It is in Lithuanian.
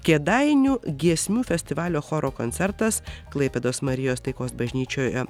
kėdainių giesmių festivalio choro koncertas klaipėdos marijos taikos bažnyčioje